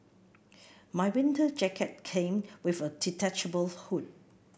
my winter jacket came with a detachable hood